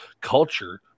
culture